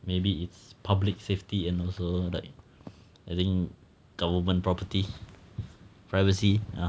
maybe it's public safety and also like I think government property privacy ah